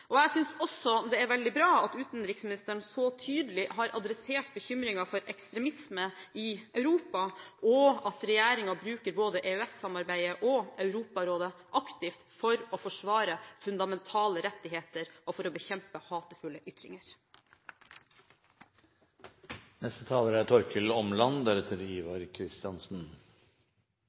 Jeg synes også det er veldig bra at utenriksministeren så tydelig har adressert bekymringen for ekstremisme i Europa, og at regjeringen bruker både EØS-samarbeidet og Europarådet aktivt for å forsvare fundamentale rettigheter og for å bekjempe hatefulle ytringer. Bare en liten kommentar til forrige taler: Hvis det er